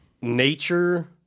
nature